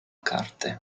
carte